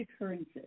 occurrences